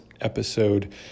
episode